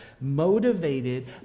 motivated